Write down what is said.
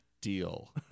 Deal